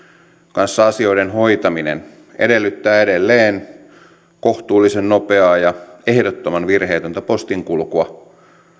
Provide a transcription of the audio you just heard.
kanssa asioiden hoitaminen edellyttää edelleen kohtuullisen nopeaa ja ehdottoman virheetöntä postin kulkua